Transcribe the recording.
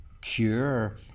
cure